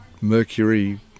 Mercury